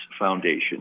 Foundation